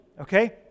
okay